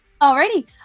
Alrighty